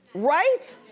right?